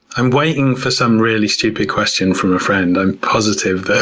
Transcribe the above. i'm waiting for some really stupid question from a friend. i'm positive.